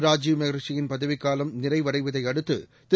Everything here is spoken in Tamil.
ராஜீவ் மெரிஷியின் பதவிக்காலம் நிறைவடைவதையடுத்துதிரு